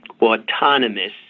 autonomous